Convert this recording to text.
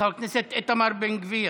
חבר הכנסת איתמר בן גביר.